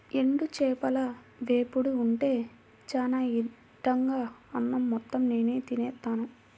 ఎండు చేపల వేపుడు ఉంటే చానా ఇట్టంగా అన్నం మొత్తం నేనే తినేత్తాను